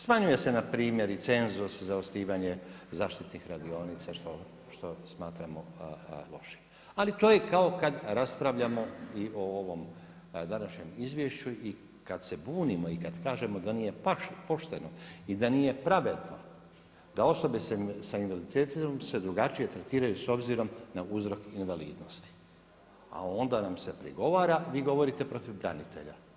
Smanjuje se npr. cenzus za osnivanje zaštitnih radionica što smatramo lošim, ali to je kao kada raspravljamo i o ovom današnjem izvješću i kada se bunimo i kada kažemo da nije baš pošteno i da nije pravedno da osobe s invaliditetom se drugačije tretiraju s obzirom na uzrok invalidnosti, a onda nam se prigovorite vi govorite protiv branitelja.